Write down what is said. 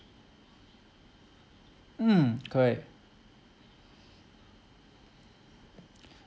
mm correct